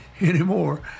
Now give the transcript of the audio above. anymore